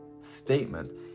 statement